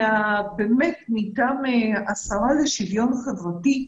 מטעם השרה לשוויון חברתי,